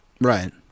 Right